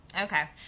Okay